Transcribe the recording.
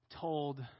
told